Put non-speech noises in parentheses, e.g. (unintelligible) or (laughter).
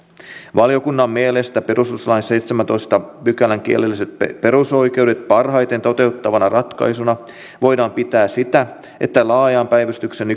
valiokunnan mielestä perustuslain seitsemännentoista pykälän kielelliset perusoikeudet parhaiten toteuttavana ratkaisuna voidaan pitää sitä että laajan päivystyksen (unintelligible)